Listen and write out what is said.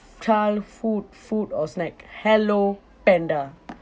childhood food or snack hello panda